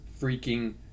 freaking